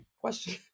question